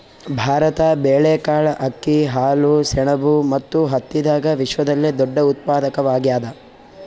ಭಾರತ ಬೇಳೆಕಾಳ್, ಅಕ್ಕಿ, ಹಾಲು, ಸೆಣಬು ಮತ್ತು ಹತ್ತಿದಾಗ ವಿಶ್ವದಲ್ಲೆ ದೊಡ್ಡ ಉತ್ಪಾದಕವಾಗ್ಯಾದ